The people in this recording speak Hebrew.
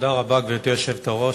תודה רבה, גברתי היושבת-ראש.